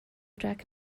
jack